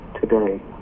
today